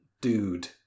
dude